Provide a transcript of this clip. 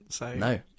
No